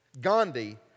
Gandhi